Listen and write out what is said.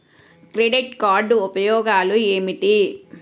Credit card ఉపయోగాలు ఏమిటి?